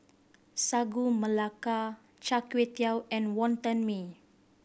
Sagu Melaka Char Kway Teow and Wonton Mee